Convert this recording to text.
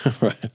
Right